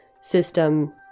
system